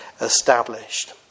established